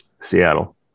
Seattle